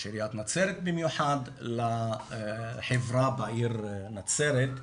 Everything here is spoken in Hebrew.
עיריית נצרת במיוחד לחברה בעיר נצרת.